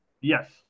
Yes